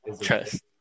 Trust